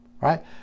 right